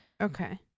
Okay